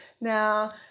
Now